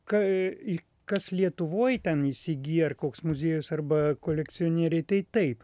kai kas lietuvoj ten įsigyja ar koks muziejus arba kolekcionieriai tai taip